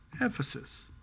Ephesus